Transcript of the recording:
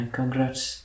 Congrats